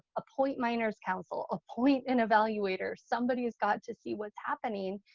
appoint minor's counsel, appoint an evaluator, somebody has got to see what's happening.